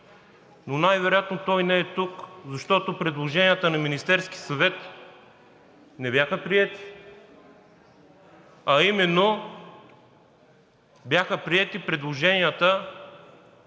но най-вероятно той не е тук, защото предложенията на Министерския съвет не бяха приети, а именно бяха приети предложенията